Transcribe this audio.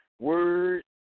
word